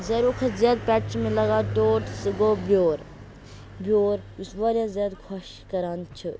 ساروٕیو کھۄتہٕ زیادٕ پیٚٹ چھِ مےٚ لَگان ٹوٹھ سُہ گوٚو بیوٚر بیوٚر یُس واریاہ زِیادٕ خۄش کَران چھُ